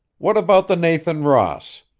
what about the nathan ross?